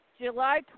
July